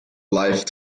live